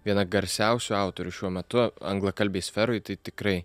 viena garsiausių autorių šiuo metu anglakalbėj sferoj tai tikrai